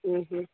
ഹ്